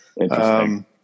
Interesting